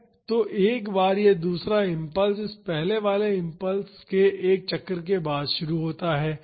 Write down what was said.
तो एक बार यह दूसरा इम्पल्स इस पहले वाले इम्पल्स के एक चक्र के बाद शुरू होता है